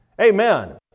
Amen